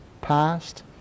Past